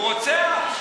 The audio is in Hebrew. הוא רוצח?